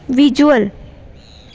visual